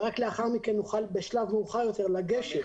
ורק בשלב מאוחר יותר נוכל לגשת.